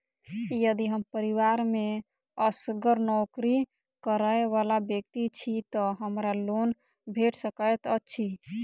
यदि हम परिवार मे असगर नौकरी करै वला व्यक्ति छी तऽ हमरा लोन भेट सकैत अछि?